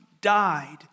died